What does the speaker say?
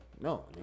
No